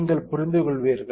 நீங்கள் புரிந்துகொள்வீர்கள்